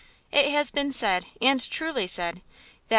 it has been said, and truly said,